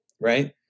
right